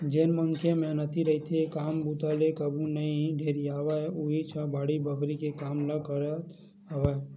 जेन मनखे ह मेहनती रहिथे, काम बूता ले कभू नइ ढेरियावय उहींच ह बाड़ी बखरी के काम ल कर सकत हवय